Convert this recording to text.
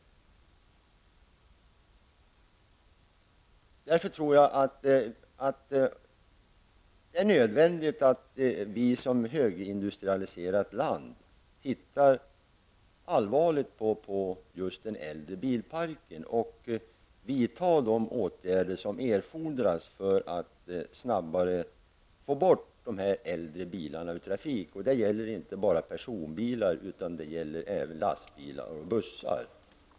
Därför tror jag att det är nödvändigt att vi som högindustrialiserat land tittar närmare på den äldre bilparken och vidtar de åtgärder som erfordras för att snabbare få bort de äldre bilarna ur trafik, och det gäller inte bara personbilar, utan det gäller även lastbilar och bussar.